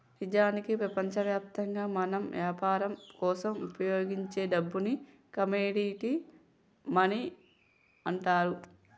నిజానికి ప్రపంచవ్యాప్తంగా మనం యాపరం కోసం ఉపయోగించే డబ్బుని కమోడిటీ మనీ అంటారు